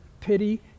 pity